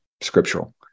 scriptural